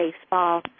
baseball